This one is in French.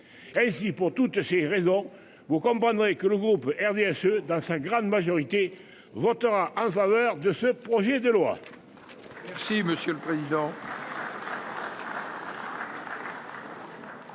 Et si pour toutes ces raisons, vous comprendrez que le groupe RDSE dans sa grande majorité votera en faveur de ce projet de loi.